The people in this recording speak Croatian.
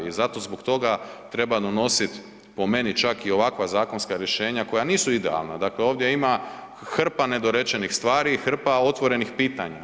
I zato zbog toga treba donositi po meni čak i ovakva zakonska rješenja koja nisu idealna, dakle ovdje ima hrpa nedorečenih stvari i hrpa otvorenih pitanja.